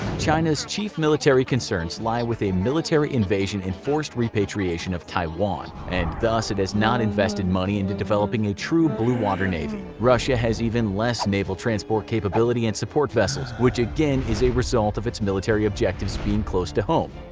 china's chief military concerns lie with a military invasion and forced repatriation of taiwan, and thus it has not invested money into developing a true blue-water navy. russia has even less naval transport capability and support vessels, which again is a result of its military objectives being close to home.